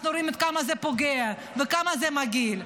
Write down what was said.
רואים עד כמה זה פוגע וכמה זה מגעיל.